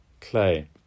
clay